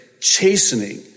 chastening